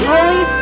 Holy